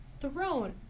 throne